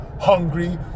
hungry